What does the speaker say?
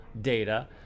data